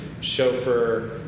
chauffeur